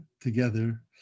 together